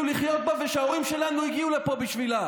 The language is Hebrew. לחיות בה ושההורים שלנו הגיעו לפה בשבילה,